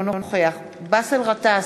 בעד בנימין בן-אליעזר,